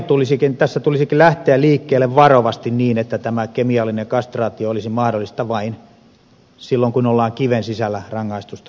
mielestäni tässä laissa tulisikin lähteä liikkeelle varovasti niin että tämä kemiallinen kastraatio olisi mahdollista vain silloin kun ollaan kiven sisällä rangaistusta suorittamassa